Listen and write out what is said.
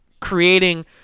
creating